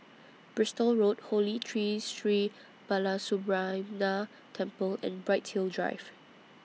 Bristol Road Holy Tree Sri Balasubramaniar Temple and Bright Hill Drive